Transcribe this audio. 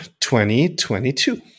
2022